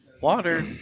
Water